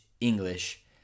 English